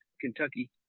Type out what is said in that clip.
Kentucky